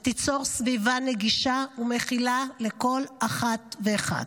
ותיצור סביבה נגישה ומכילה לכל אחת ואחד.